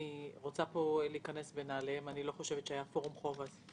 אני רוצה פה להיכנס בנעליהם אני לא חושבת שהיה "פורום חוב" אז.